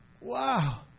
Wow